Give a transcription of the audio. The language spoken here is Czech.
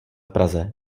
praze